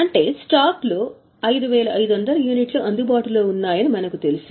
అంటే స్టాక్లో 5500 యూనిట్లు అందుబాటులో ఉన్నాయని మనకు తెలుసు